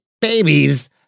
babies